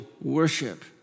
worship